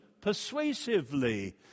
persuasively